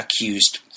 accused